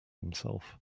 himself